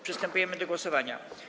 Przystępujemy do głosowania.